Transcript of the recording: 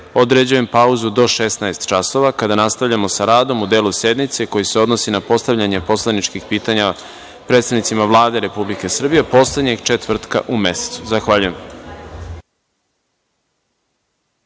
određujem pauzu do 16.00 časova, kada nastavljamo sa radom u delu sednice koji se odnosi na postavljanje poslaničkih pitanja predstavnicima Vlade Republike Srbije, poslednjeg četvrtka u mesecu. Zahvaljujem.(Posle